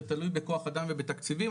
זה תלוי בכוח אדם ובתקציבים,